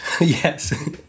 Yes